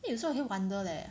有时候你会 wonder leh